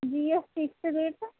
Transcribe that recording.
جی یہ fix rate ہے